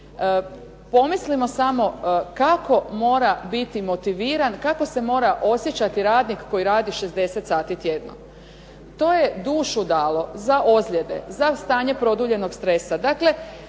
Pomislimo samo kako mora biti motiviran, kako se mora osjećati radnik koji radi 60 sati tjedno. To je dušu dalo za ozljede, za stanje produljenog stresa.